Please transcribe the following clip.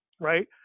right